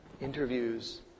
interviews